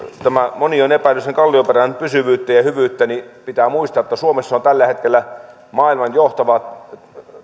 moni on epäillyt sen kallioperän pysyvyyttä ja hyvyyttä niin pitää muistaa että suomessa on tällä hetkellä maailman johtava